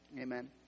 Amen